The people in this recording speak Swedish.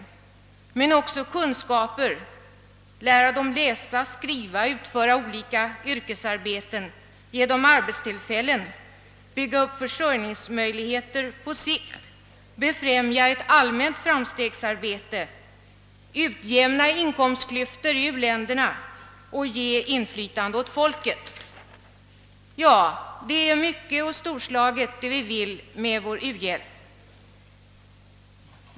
Men pengarna måste också användas till att ge dem kunskaper, lära dem läsa och skriva, lära dem olika yrkesarbeten, ge åem arbetstillfällen, bygga upp försörjningsmöjligheter på sikt, befrämja ett allmänt framstegs arbete, utjämna inkomstklyftor i u-länderna och ge inflytande åt folkets breda massa. Ja, det är mycket storslaget det vi vill med vår u-hjälp.